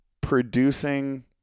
producing